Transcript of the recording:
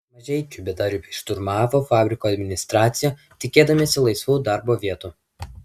mažeikių bedarbiai šturmavo fabriko administraciją tikėdamiesi laisvų darbo vietų